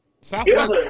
Southwest